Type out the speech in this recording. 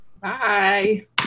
bye